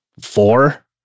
four